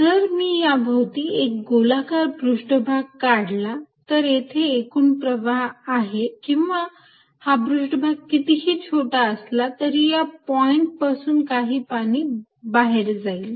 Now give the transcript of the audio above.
जर मी या भोवती हा एक गोलाकार पृष्ठभाग काढला तर येथे एकूण प्रवाह आहे किंवा हा पृष्ठभाग कितीही छोटा असला तरी या पॉईंटपासून काही पाणी बाहेर जाईल